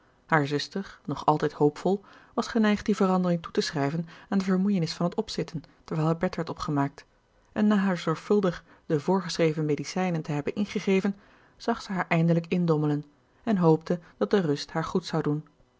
haar zuster nog altijd hoopvol was geneigd die verandering toe te schrijven aan de vermoeienis van het opzitten terwijl haar bed werd opgemaakt en na haar zorgvuldig de voorgeschreven medicijnen te hebben ingegeven zag zij haar eindelijk indommelen en hoopte dat de rust haar goed zou doen